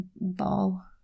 ball